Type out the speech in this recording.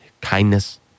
kindness